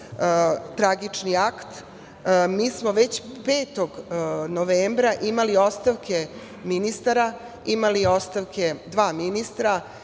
tragični akt, mi smo već 5. novembra imali ostavke ministara, imali ostavke dva ministra,